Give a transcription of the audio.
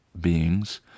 beings